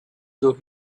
though